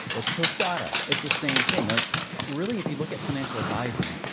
what the tostada, it's the same thing. like really, if you look at financial advising,